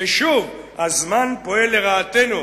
ושוב: "הזמן פועל לרעתנו".